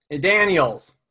Daniels